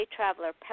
Traveler